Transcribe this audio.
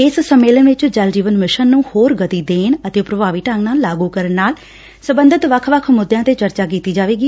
ਇਸ ਸੰਮੇਲਨ ਵਿਚ ਜਲ ਜੀਵਨ ਮਿਸ਼ਨ ਨੂੰ ਹੋਰ ਗਤੀ ਦੇਣ ਅਤੇ ਪੁਭਾਵੀ ਢੰਗ ਨਾਲ ਲਾਗੁ ਕਰਨ ਨਾਲ ਸਬੰਧਤ ਵੱਖ ਵੱਖ ਮੁੱਦਿਆਂ ਤੇ ਚਰਚਾ ਕੀਤੀ ਜਾਵੇਗੀ